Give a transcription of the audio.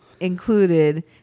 included